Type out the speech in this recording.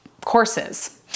courses